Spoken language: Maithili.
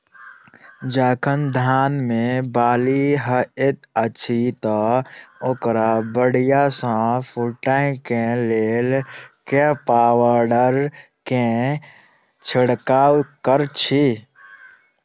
जखन धान मे बाली हएत अछि तऽ ओकरा बढ़िया सँ फूटै केँ लेल केँ पावडर केँ छिरकाव करऽ छी?